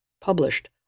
published